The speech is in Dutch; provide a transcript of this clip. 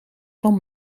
van